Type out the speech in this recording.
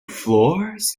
floors